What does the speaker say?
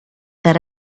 that